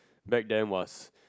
back then was